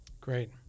Great